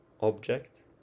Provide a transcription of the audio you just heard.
object